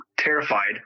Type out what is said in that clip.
terrified